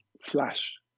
flash